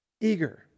Eager